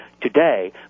Today